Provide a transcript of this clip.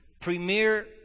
premier